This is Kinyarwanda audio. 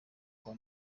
kwa